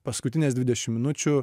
paskutines dvidešim minučių